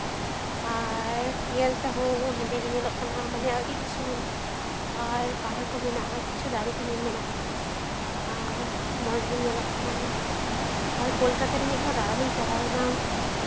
ᱟᱨ ᱧᱮᱞ ᱛᱮᱦᱚᱸ ᱦᱮᱸᱫᱮ ᱜᱮ ᱧᱮᱞᱚᱜ ᱠᱟᱱᱟ ᱢᱟᱱᱮ ᱟᱹᱰᱤ ᱩᱥᱩᱞ ᱟᱨ ᱯᱟᱦᱟᱲ ᱠᱚ ᱢᱮᱱᱟᱜᱼᱟ ᱠᱤᱪᱷᱩ ᱫᱟᱨᱮ ᱠᱚ ᱢᱮᱱᱟᱜᱼᱟ ᱟᱨ ᱢᱚᱡᱽ ᱜᱮ ᱧᱮᱞᱚᱜ ᱠᱟᱱᱟ ᱟᱨ ᱠᱳᱞᱠᱟᱛᱟ ᱨᱮ ᱢᱤᱫ ᱫᱷᱟᱣ ᱫᱟᱬᱟᱱ ᱤᱧ ᱪᱟᱞᱟᱣ ᱞᱮᱱᱟ